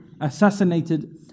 Assassinated